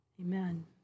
Amen